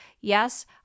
Yes